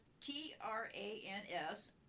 T-R-A-N-S